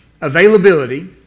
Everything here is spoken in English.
availability